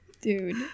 dude